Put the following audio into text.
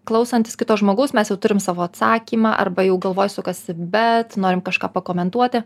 klausantis kito žmogaus mes jau turim savo atsakymą arba jų galvoj sukasi bet norim kažką pakomentuoti